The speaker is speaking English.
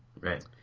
Right